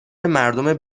مردم